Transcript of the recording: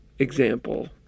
example